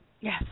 Yes